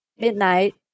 Midnight